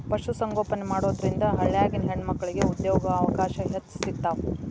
ಪಶು ಸಂಗೋಪನೆ ಮಾಡೋದ್ರಿಂದ ಹಳ್ಳ್ಯಾಗಿನ ಹೆಣ್ಣಮಕ್ಕಳಿಗೆ ಉದ್ಯೋಗಾವಕಾಶ ಹೆಚ್ಚ್ ಸಿಗ್ತಾವ